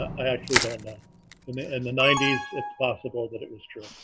actually don't know in the and the ninety s, it's possible that it was true ah